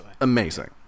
amazing